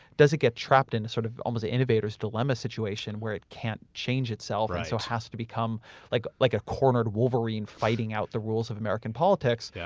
does it get trapped in a sort of almost an innovator's dilemma situation where it can't change itself and so has to become like like a cornered wolverine fighting out the rules of american politics? yeah